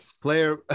Player